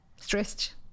stressed